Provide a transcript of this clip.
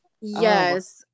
Yes